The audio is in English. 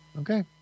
Okay